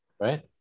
right